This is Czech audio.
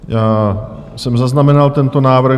Já jsem zaznamenal tento návrh.